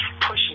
pushing